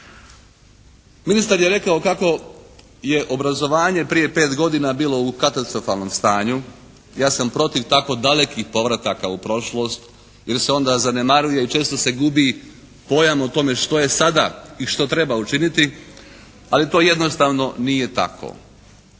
Ministar je rekao kako je obrazovanje prije 5 godina bilo u katastrofalnom stanju, ja sam protiv tako dalekih povrataka u prošlost jer se onda zanemaruje i često se gubi pojam o tome što je sada i što treba učiniti, ali to jednostavno nije tako.